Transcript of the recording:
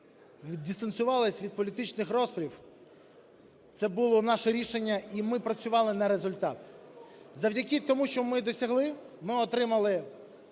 віддистанціювалися від політичних распрей, це було наше рішення, і ми працювали на результат. Завдяки тому, що ми досягли, ми отримали